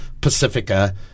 Pacifica